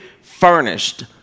furnished